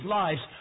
lives